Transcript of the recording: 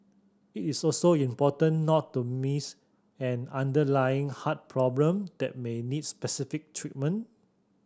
it is also important not to miss an underlying heart problem that may needs specific treatment